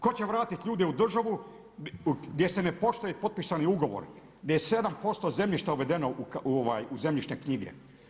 Ko će vratiti ljude u državu gdje se ne poštuje potpisani ugovor, gdje je 7% zemljišta uvedeno u zemljišne knjige?